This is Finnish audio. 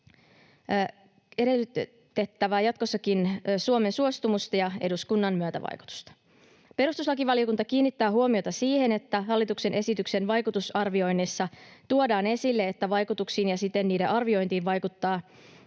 edellytettävä jatkossakin Suomen suostumusta ja eduskunnan myötävaikutusta. Perustuslakivaliokunta kiinnittää huomiota siihen, että hallituksen esityksen vaikutusarvioinnissa tuodaan esille, että vaikutuksiin ja siten niiden arviointiin vaikuttaa